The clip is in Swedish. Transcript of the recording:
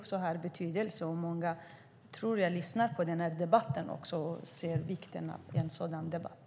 Jag tror att många lyssnar på den här debatten och ser vikten av en sådan debatt.